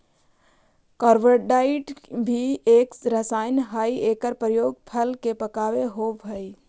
carbide भी एक रसायन हई एकर प्रयोग फल के पकावे होवऽ हई